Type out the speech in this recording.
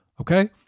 Okay